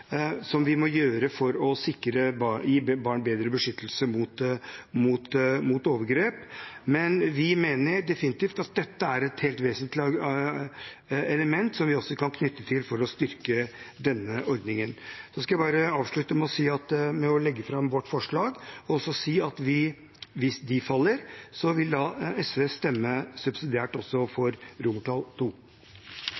mener definitivt at dette er et helt vesentlig element som vi også kan knytte til dette, for å styrke denne ordningen. Så skal jeg bare avslutte med å legge fram våre forslag og også si at hvis de faller, vil SV stemme subsidiært